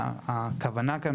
הכוונה כאן,